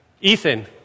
Ethan